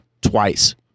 twice